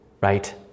right